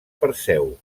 perseu